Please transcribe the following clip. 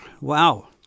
wow